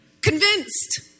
Convinced